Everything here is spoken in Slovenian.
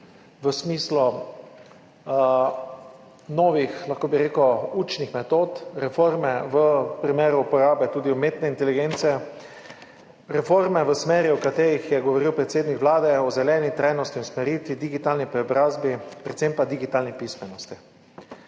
v smislu novih učnih metod, reforme v primeru uporabe umetne inteligence, reforme, o katerih je govoril predsednik Vlade, o zeleni trajnostni usmeritvi, digitalni preobrazbi, predvsem pa digitalni pismenosti.